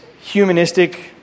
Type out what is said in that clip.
humanistic